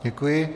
Děkuji.